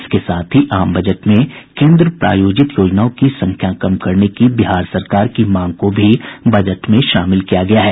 इसके साथ ही आम बजट में केन्द्र प्रायोजित योजनाओं की संख्या कम करने की बिहार सरकार की मांग को भी बजट में शामिल किया गया है